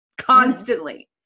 constantly